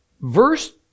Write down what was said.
Verse